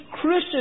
Christian